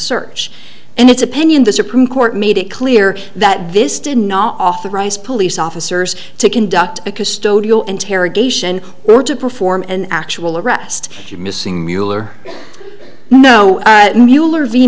search and its opinion the supreme court made it clear that this did not authorize police officers to conduct a custodial interrogation or to perform an actual arrest missing mueller no mueller v